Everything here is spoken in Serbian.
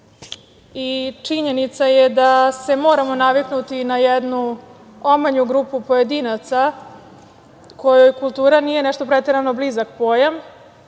i činjenica je da se moramo naviknuti na jednu omanju grupu pojedinaca kojoj kultura nije nešto preterano blizak pojam